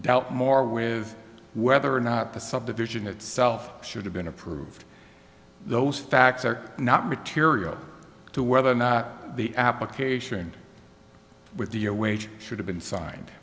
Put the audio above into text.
dealt more with whether or not the subdivision itself should have been approved those facts are not material to whether or not the application with the a wage should have been signed